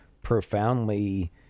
profoundly